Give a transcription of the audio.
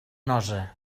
nosa